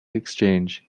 exchange